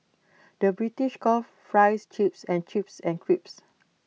the British calls Fries Chips and chips and crisps